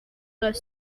let